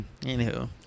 anywho